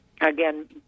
again